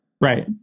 Right